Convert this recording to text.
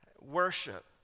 Worship